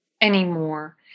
anymore